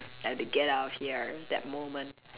I had to get out of here that moment